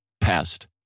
past